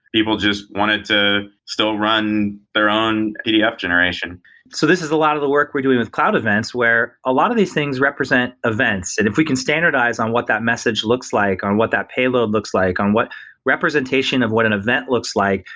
people just wanted to still run their own edf generation so this is a lot of the work we're doing with cloud events, where a lot of these things represent events. and if we can standardize on what that message looks like and what that payload looks like and what representation of what an event looks like,